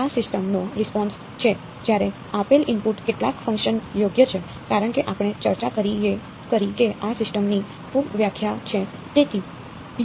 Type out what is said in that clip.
આ સિસ્ટમ નો રિસ્પોન્સ છે જ્યારે આપેલ ઇનપુટ ડેલ્ટા ફંક્શન યોગ્ય છે કારણ કે આપણે ચર્ચા કરી કે આ સિસ્ટમ ની ખૂબ વ્યાખ્યા છે